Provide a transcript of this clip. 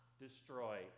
destroy